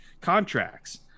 contracts